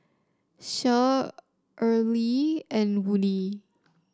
Cher Earley and Woodie